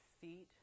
feet